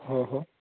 हो हो